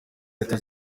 leta